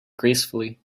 gracefully